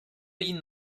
ihnen